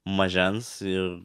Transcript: mažens ir